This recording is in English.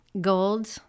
gold